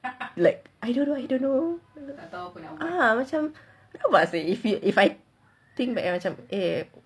like I don't know I don't know ah macam if I think that macam eh